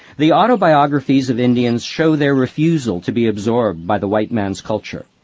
the autobiographies of indians show their refusal to be absorbed by the white man's culture.